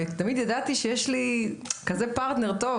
תמיד ידעתי שיש לי כזה פרטנר טוב